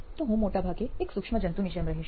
તો હું મોટા ભાગે એક સૂક્ષ્મ જંતુની જેમ રહીશ